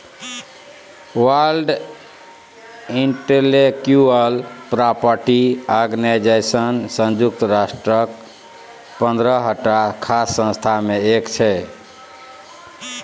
world intellectual property organisation संयुक्त राष्ट्रक पंद्रहटा खास संस्था मे एक छै